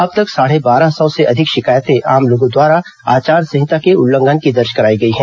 अब तक साढ़े बारह सौ से अधिक शिकायतें आम लोगों द्वारा आचार संहिता के उल्लंघन की दर्ज कराई गई हैं